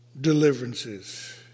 deliverances